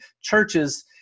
churches